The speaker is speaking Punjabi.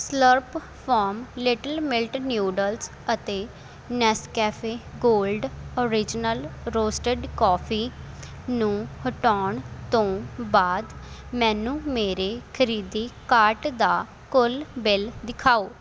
Slurrp farm little millet noodles ਅਤੇ Nescafe gold original roasted coffee ਨੂੰ ਹਟਾਉਣ ਤੋਂ ਬਾਅਦ ਮੈਨੂੰ ਮੇਰੇ ਖਰੀਦੀ ਕਾਰਟ ਦਾ ਕੁੱਲ ਬਿੱਲ ਦਿਖਾਓ